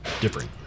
different